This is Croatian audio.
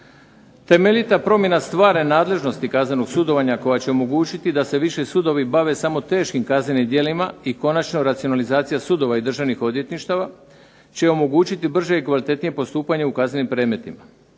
temeljita promjena stvarne nadležnosti kaznenog sudovanja koja će omogućiti da se više sudovi bave samo teškim kaznenim djelima, i konačno racionalizacija sudova i državnih odvjetništava će omogućiti brže i kvalitetnije postupanje u kaznenim predmetima.